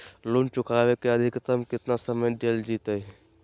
Loan चुकाबे के अधिकतम केतना समय डेल जयते?